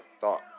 thought